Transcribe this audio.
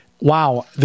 wow